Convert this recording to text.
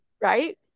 Right